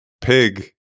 pig